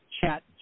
chat